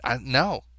No